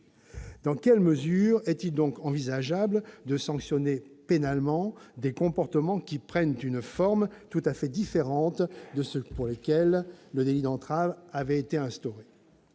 Dans quelle mesure est-il envisageable de sanctionner pénalement des comportements qui prennent une forme tout à fait différente de ceux pour lesquels le délit d'entrave a été instauré ?